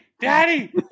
Daddy